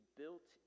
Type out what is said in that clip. built